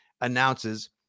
announces